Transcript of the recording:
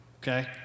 okay